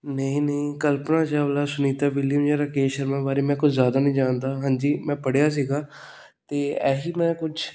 ਨਹੀਂ ਨਹੀਂ ਕਲਪਨਾ ਚਾਵਲਾ ਸੁਨੀਤਾ ਵਿਲੀਅਮ ਜਾਂ ਰਾਕੇਸ਼ ਸ਼ਰਮਾ ਬਾਰੇ ਮੈਂ ਕੁਝ ਜ਼ਿਆਦਾ ਨਹੀਂ ਜਾਣਦਾ ਹਾਂਜੀ ਮੈਂ ਪੜ੍ਹਿਆ ਸੀਗਾ ਅਤੇ ਇਹੀ ਮੈਂ ਕੁਝ